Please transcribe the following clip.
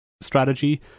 strategy